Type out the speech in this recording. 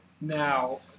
Now